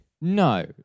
No